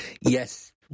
yes